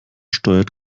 steuert